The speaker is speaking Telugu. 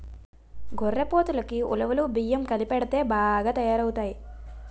గొర్రెపోతులకి ఉలవలు బియ్యం కలిపెడితే బాగా తయారవుతాయి